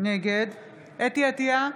נגד חוה אתי עטייה,